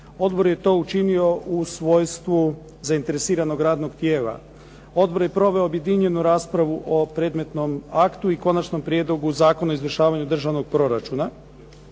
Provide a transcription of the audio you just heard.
Odbor je to učinio u svojstvu zainteresiranog radnog tijela. Odbor je proveo objedinjenu raspravu o predmetnom aktu i Konačnom prijedlogu zakona o izvršavanju državnog proračuna.